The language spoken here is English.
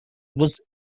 was